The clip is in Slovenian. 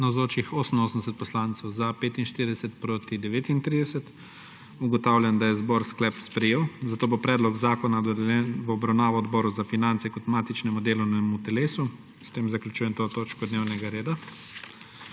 39. (Za je glasovalo 45.) (Proti 39.) Ugotavljam, da je zbor sklep sprejel, zato bo predlog zakona dodeljen v obravnavo Odboru za finance kot matičnemu delovnemu telesu. S tem zaključujem to točko dnevnega reda.